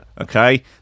okay